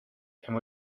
and